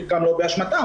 חלקם שלא באשמתם,